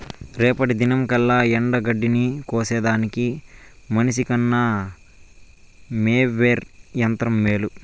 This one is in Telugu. రేపటి దినంకల్లా ఎండగడ్డిని కోసేదానికి మనిసికన్న మోవెర్ యంత్రం మేలు